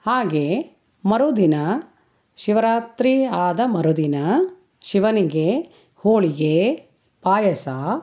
ಹಾಗೇ ಮರುದಿನ ಶಿವರಾತ್ರಿ ಆದ ಮರುದಿನ ಶಿವನಿಗೆ ಹೋಳಿಗೆ ಪಾಯಸ